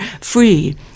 free